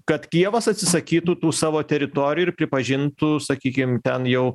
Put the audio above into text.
kad kijevas atsisakytų tų savo teritorijų ir pripažintų sakykim ten jau